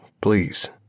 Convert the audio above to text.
please